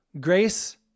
grace